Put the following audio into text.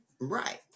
Right